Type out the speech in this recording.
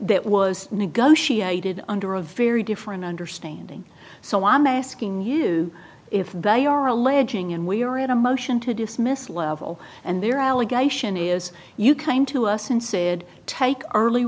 that was negotiated under a very different understanding so i'm asking you if they are alleging and we are at a motion to dismiss level and there allegation is you came to us and said take early